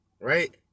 right